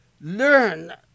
learn